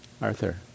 Arthur